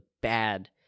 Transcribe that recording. bad